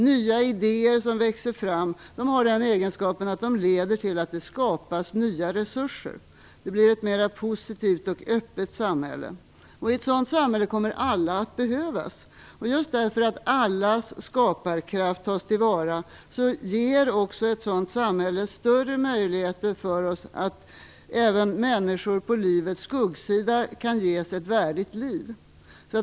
Nya idéer som växer fram har den egenskapen att de leder till att det skapas nya resurser. Det blir ett mer positivt och öppet samhälle. I ett sådant samhälle kommer alla att behövas. Just därför att allas skaparkraft tas tillvara ger också ett sådant samhälle större möjligheter för att även människor på livets skuggsida kan ges ett värdigt liv.